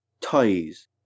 toys